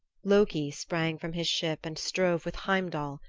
loki sprang from his ship and strove with heimdall,